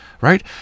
right